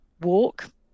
walk